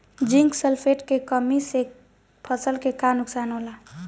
Zinc sulphate के कमी से फसल के का नुकसान होला?